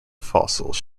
fossils